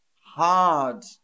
hard